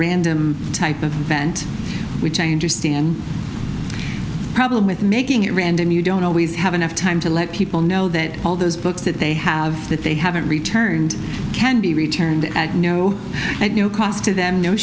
random type of event which i understand problem with making it random you don't always have enough time to let people know that all those books that they have that they haven't returned can be returned at no cost to them no